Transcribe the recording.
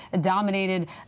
dominated